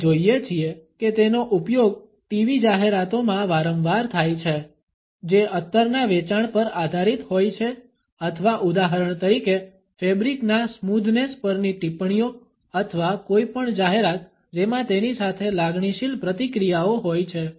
આપણે જોઈએ છીએ કે તેનો ઉપયોગ ટીવી જાહેરાતોમાં વારંવાર થાય છે જે અત્તરના વેચાણ પર આધારિત હોય છે અથવા ઉદાહરણ તરીકે ફેબ્રિક ના સ્મુધનેસ પરની ટિપ્પણીઓ અથવા કોઈપણ જાહેરાત જેમાં તેની સાથે લાગણીશીલ પ્રતિક્રિયાઓ હોય છે